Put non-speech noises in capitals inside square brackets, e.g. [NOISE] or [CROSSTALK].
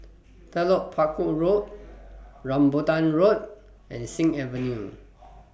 [NOISE] Telok Paku Road Rambutan Road and Sing Avenue